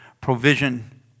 provision